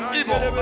evil